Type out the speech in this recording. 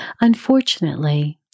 Unfortunately